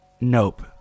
Nope